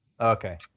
Okay